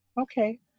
Okay